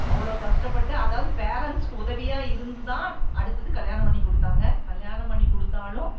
அவ்வளோ கஷ்டப்பட்டு அதாவது பேரன்ட்ஸ்க்கு உதவியாக இருந்து தான் அடுத்தது கல்யாணம் பண்ணி கொடுத்தாங்க கல்யாணம் பண்ணி கொடுத்தாலும்